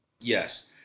Yes